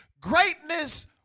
Greatness